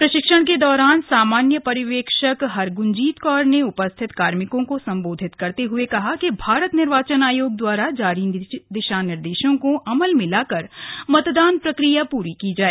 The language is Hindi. प्रशिक्षण के दौरान सामान्य पर्यवेक्षक हरगुंजीत कौर ने उपस्थित कार्मिकों को सम्बोधित करते हए कहा कि भारत निर्वाचन आयोग द्वारा जारी दिशा निर्देशों को अमल में लाकर मतदान प्रक्रिया पूरी की जाय